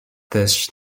też